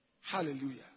Hallelujah